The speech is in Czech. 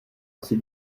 asi